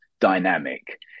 dynamic